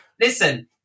listen